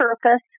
purpose